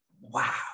Wow